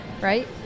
right